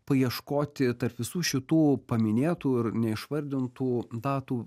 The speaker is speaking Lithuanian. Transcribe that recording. paieškoti tarp visų šitų paminėtų ir neišvardintų datų